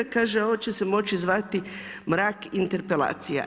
Kaže, ovo će se moći zvati Mrak interpelacija.